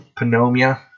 pneumonia